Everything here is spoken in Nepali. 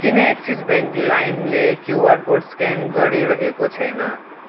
किन एक्सिस ब्याङ्क लाइमले क्युआर कोड स्क्यान गरिरहेको छैन